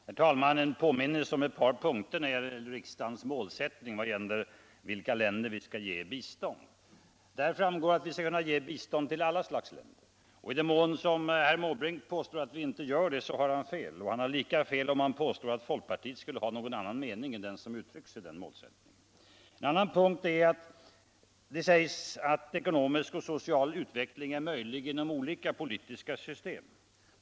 Herr talman! En påminnelse om några punkter i riksdagens målsättning beträffande vilka länder vi skall ge bistånd. Av den framgår att vi skall kunna ge bistånd till olika slags länder. I den mån herr Måbrink påstår att vi inte gör det har han fel. Och han har lika fel om han påstår att folkpartiet skulle ha någon annan mening än den som uttrycks i den målsättningen. I en annan punkt sägs att ekonomisk och social utveckling är möjlig inom olika politiska system.